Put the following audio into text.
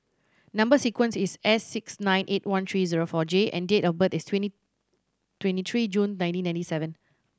number sequence is S six nine eight one three zero four J and date of birth is twenty twenty three June nineteen ninety seven